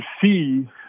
see